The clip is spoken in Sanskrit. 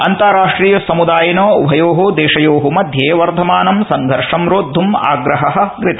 अन्ताराष्ट्रिय समृदायेन उभयो देशयो मध्ये वर्धमानं संघर्षम रोदधम आग्रह कृत